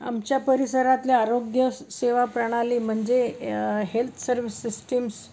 आमच्या परिसरातल्या आरोग्य सेवा प्रणाली म्हणजे हेल्थ सर्विस सिस्टीम्स